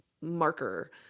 marker